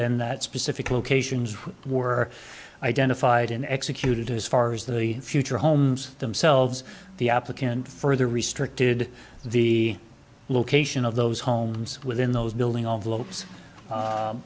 in that specific locations were identified and executed as far as the future homes themselves the applicant further restricted the location of those homes within those building all the l